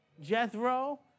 Jethro